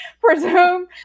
presume